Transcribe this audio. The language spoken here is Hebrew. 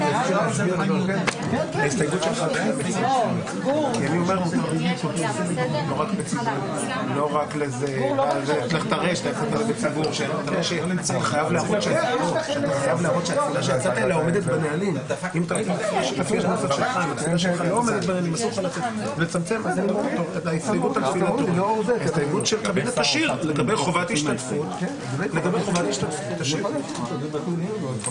ננעלה בשעה 17:15.